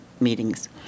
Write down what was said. meetings